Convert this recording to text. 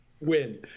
win